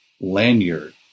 lanyard